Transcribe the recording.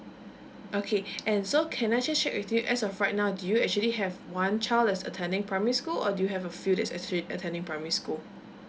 okay and so can I just check with you as of right now do you actually have one child is attending primary school or do you have a few that's actually attending primary school